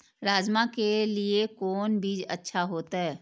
राजमा के लिए कोन बीज अच्छा होते?